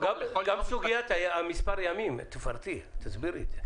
גם סוגיית מספר הימים, תפרטי, תסבירי את זה.